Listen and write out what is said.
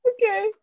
Okay